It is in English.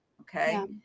Okay